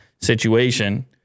situation